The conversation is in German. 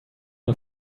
nur